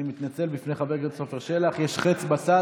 אני מתנצל בפני חבר הכנסת עפר שלח, יש חץ בצד.